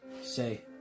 say